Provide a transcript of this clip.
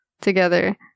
together